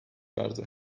verdi